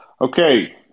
Okay